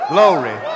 Glory